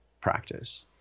practice